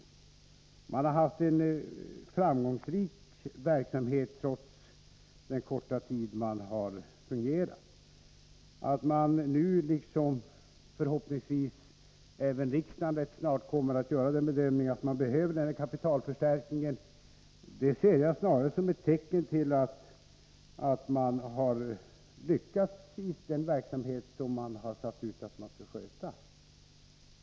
SweRoad har haft en framgångsrik verksamhet, trots den korta tid det har funnits. Att man nu gör bedömningen — den kommer förhoppningsvis även riksdagen att göra rätt snart — att man behöver en kapitalförstärkning ser jag snarast som ett tecken på att man har lyckats i den verksamhet som man föresatt sig att sköta.